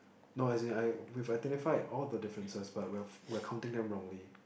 no as in I we've identified all the differences but we're f~ we're counting them wrongly